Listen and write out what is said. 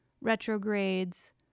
retrogrades